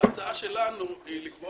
ההצעה שלנו היא לקבוע